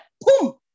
boom